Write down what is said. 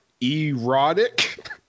Erotic